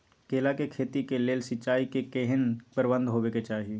केला के खेती के लेल सिंचाई के केहेन प्रबंध होबय के चाही?